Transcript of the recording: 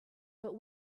but